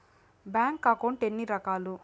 bank account ఎన్ని రకాలు